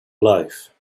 life